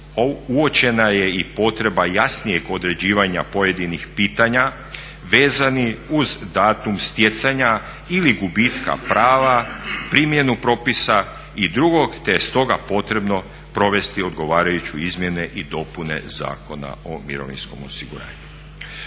uočena je i potreba jasnijeg određivanja pojedinih pitanja vezani uz datum stjecanja ili gubitka prava, primjenu propisa i drugog te je stoga potrebno provesti odgovarajuće izmjene i dopune Zakona o mirovinskom osiguranju.